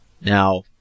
Now